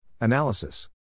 Analysis